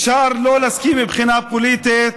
אפשר שלא להסכים מבחינה פוליטית,